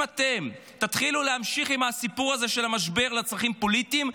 אם אתם תמשיכו עם הסיפור הזה של המשבר לצרכים פוליטיים,